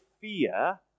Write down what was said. fear